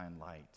light